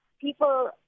people